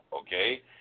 okay